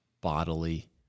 bodily